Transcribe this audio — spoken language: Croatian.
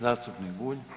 Zastupnik Bulj.